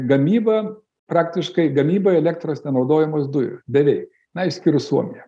gamyba praktiškai gamyba elektros nenaudojamos dujų beveik na išskyrus suomija